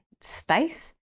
space